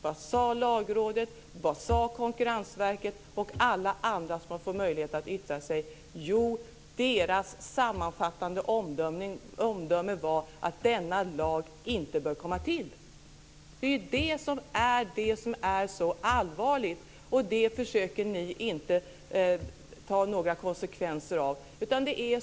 Vad sade Lagrådet? Vad sade Konkurrensverket och alla andra som fick möjlighet att yttra sig? Jo, deras sammanfattande omdöme var att denna lag inte bör komma till. Det är det som är så allvarligt, och det försöker ni inte ta några konsekvenser av.